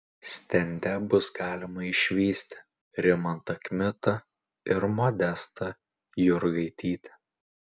stende bus galima išvysti rimantą kmitą ir modestą jurgaitytę